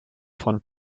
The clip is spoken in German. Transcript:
von